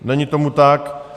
Není tomu tak.